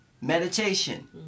meditation